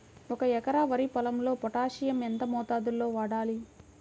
ఒక ఎకరా వరి పొలంలో పోటాషియం ఎంత మోతాదులో వాడాలి?